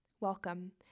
Welcome